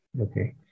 Okay